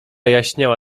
jaśniała